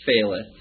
faileth